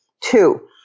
Two